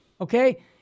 Okay